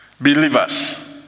believers